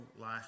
life